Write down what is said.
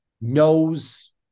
knows